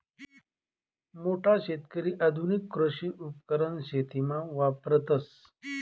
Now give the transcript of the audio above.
मोठा शेतकरी आधुनिक कृषी उपकरण शेतीमा वापरतस